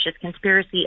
conspiracy